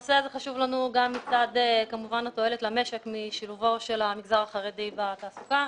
הנושא הזה חשוב לנו גם מצד התועלת למשק משילובו של המגזר החרדי בתעסוקה,